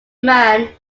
man